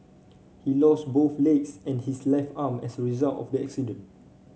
he lost both legs and his left arm as a result of the accident